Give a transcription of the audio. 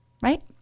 Right